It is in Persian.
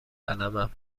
قلمم